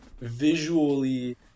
visually